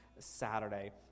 Saturday